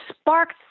sparked